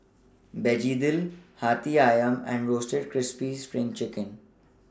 Begedil Hati Ayam and Roasted Crispy SPRING Chicken